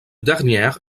dernière